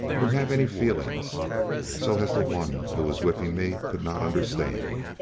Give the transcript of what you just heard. or have any feelings so as the one who was whipping me could not understand,